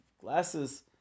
glasses